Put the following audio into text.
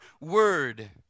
word